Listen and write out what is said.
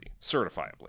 certifiably